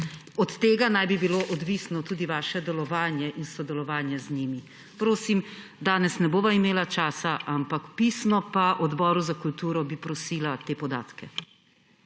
Od tega naj bi bilo odvisno tudi vaše delovanje in sodelovanje z njimi. Prosim, danes ne bova imela časa, ampak pisno pa bi prosila te podatke